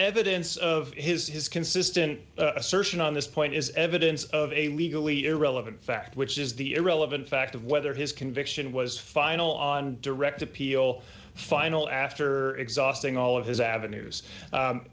evidence of his his consistent assertion on this point is evidence of a legally irrelevant fact which is the irrelevant fact of whether his conviction was final on direct appeal final after exhausting all of his avenues